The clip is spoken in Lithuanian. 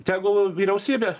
tegul vyriausybė